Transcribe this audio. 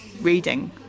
reading